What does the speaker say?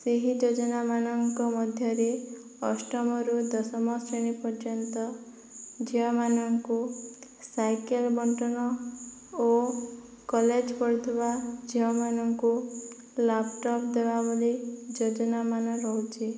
ସେହି ଯୋଜନାମାନଙ୍କ ମଧ୍ୟରେ ଅଷ୍ଟମରୁ ଦଶମ ଶ୍ରେଣୀ ପର୍ଯ୍ୟନ୍ତ ଝିଅମାନଙ୍କୁ ସାଇକେଲ ବଣ୍ଟନ ଓ କଲେଜ ପଢ଼ୁଥିବା ଝିଅମାନଙ୍କୁ ଲାପଟପ ଦେବା ଭଳି ଯୋଜନାମାନ ରହୁଛି